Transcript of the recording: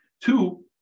Two